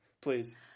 Please